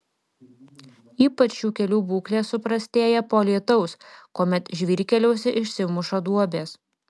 ypač šių kelių būklė suprastėja po lietaus kuomet žvyrkeliuose išsimuša duobės